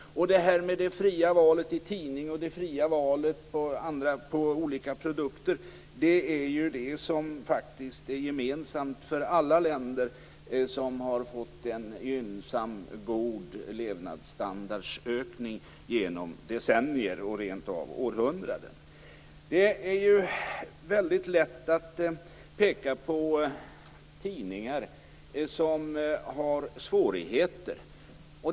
Det fria valet av tidning och av andra produkter är det som är gemensamt för alla länder som har fått en god levnadsstandardshöjning genom decennier - ja, rentav genom århundraden. Det är ju väldigt lätt att peka på tidningar som har svårigheter.